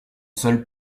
seul